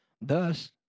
Thus